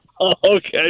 Okay